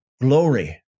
glory